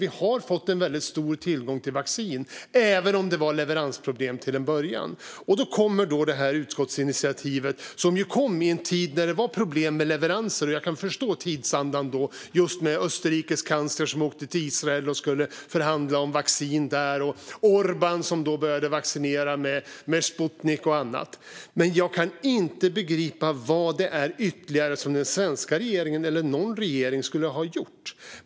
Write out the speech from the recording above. Vi har fått en väldigt stor tillgång på vaccin, även om det var leveransproblem till en början. Det här utskottsinitiativet kom alltså i en tid då det var problem med leveranser. Jag kan förstå tidsandan då, med tanke på Österrikes kansler som åkte till Israel och skulle förhandla om vaccin där och med tanke på Orbán som började vaccinera med Sputnik och annat. Men jag kan inte begripa vad det är ytterligare som den svenska regeringen eller någon annan regering skulle ha gjort.